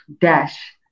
dash